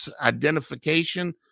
identification